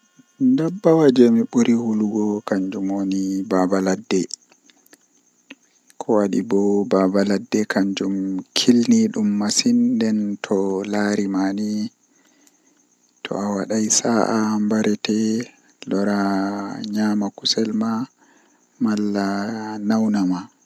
Ndikkina mi minana gimiiji jooni ngam jotta on jamanu am nden gimi man midon faama ko be watta bedon wiya haa maajum masin amma gimiiji amma gimiiji boima ko saali-saali kanjum buran welugo ndotti en be himbeeji naane-naane ngamman ndikkinami gimiiji jonta